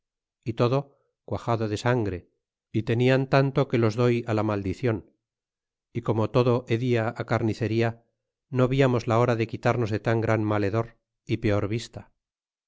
y todo cuajado de sangre y tenian tanto que los doy la maldicion y como todo hedía carnicería no víamos la hora de quitarnos de tan mal hedor y peor vista